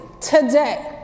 today